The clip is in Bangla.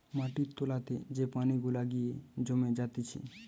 মাটির তোলাতে যে পানি গুলা গিয়ে জমে জাতিছে